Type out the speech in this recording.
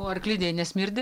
o arklidėj nesmirdi